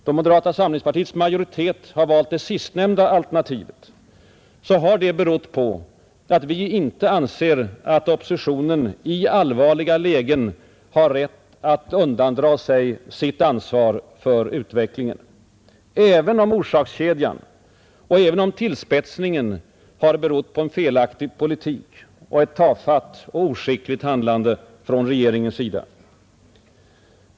Då moderata samlingspartiets majoritet har valt det sistnämnda alternativet så har det berott på att vi inte anser att oppositionen i allvarliga lägen har rätt att undandra sig sitt ansvar för utvecklingen, även om orsakskedjan och även om tillspetsningen har berott på en felaktig politik och ett tafatt och oskickligt handlande från regeringens sida.